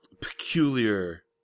peculiar